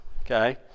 okay